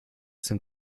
sind